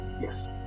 yes